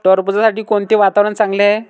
टरबूजासाठी कोणते वातावरण चांगले आहे?